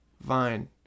Vine